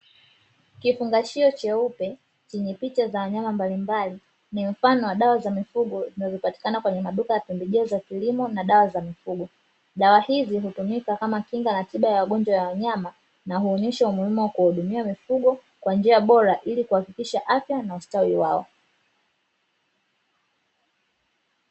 Kifungashio cheupe chenye picha za wanyama mbalimbali, ni mfano wa dawa za mifugo zinazopatikana kwenye maduka ya pembejeo za kilimo na dawa za mifugo. Dawa hizi hutumika kama kinga na tiba ya magonjwa ya wanyama, na huonyesha umuhimu wa kuwahudumia mifugo kwa njia bora, ili kuhakikisha afya na ustawi wao.